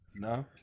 No